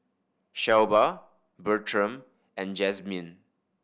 Shelba Bertram and Jazmyne